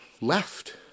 left